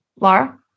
Laura